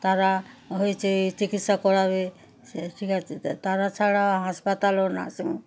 তারা হয়েছে এই চিকিৎসা করাবে সে ঠিক আছে তারা ছাড়া হাসপাতাল ও নার্সিং হোম